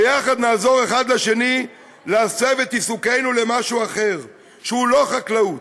ביחד נעזור אחד לשני להסב את עיסוקנו למשהו אחר שהוא לא חקלאות.